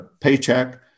paycheck